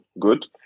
good